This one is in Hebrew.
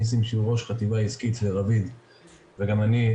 ניסים שהוא ראש החטיבה העסקית ורביד וגם אני,